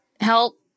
help